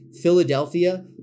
Philadelphia